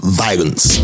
violence